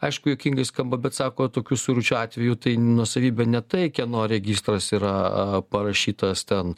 aišku juokingai skamba bet sako tokių suiručių atveju tai nuosavybė ne tai kieno registras yra parašytas ten